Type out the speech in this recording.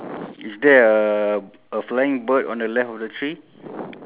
ya